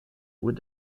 with